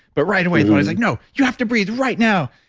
but right away it was like, no, you have to breathe right now.